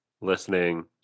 listening